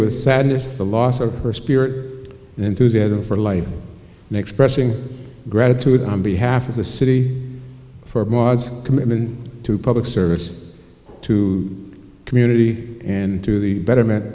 with sadness the loss of her spirit and enthusiasm for life expressing gratitude on behalf of the city for maude's commitment to public service to community and to the betterment